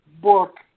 book